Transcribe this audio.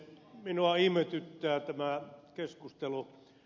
minua ihmetyttää tämä keskustelu